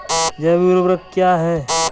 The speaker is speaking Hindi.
जैव ऊर्वक क्या है?